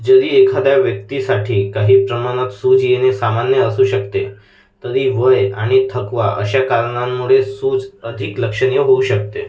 जरी एखाद्या व्यक्तीसाठी काही प्रमाणात सूज येणे सामान्य असू शकते तरी वय आणि थकवा अशा कारणांमुळे सूज अधिक लक्षणीय होऊ शकते